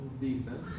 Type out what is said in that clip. Decent